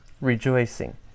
rejoicing